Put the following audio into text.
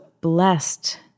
blessed